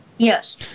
Yes